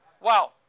Wow